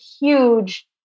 huge